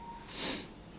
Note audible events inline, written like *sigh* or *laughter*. *noise*